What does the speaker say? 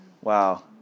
wow